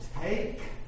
take